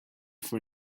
for